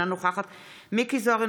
אינה נוכחת מכלוף מיקי זוהר,